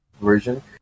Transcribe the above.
version